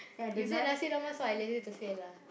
you say nasi-lemak so I lazy to say lah